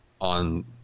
on